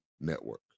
Network